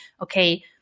okay